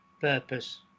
purpose